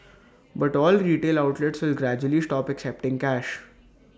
but all retail outlets will gradually stop accepting cash